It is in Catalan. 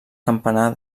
campanar